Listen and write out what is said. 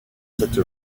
cette